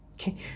Okay